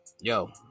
yo